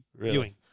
viewing